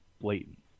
blatant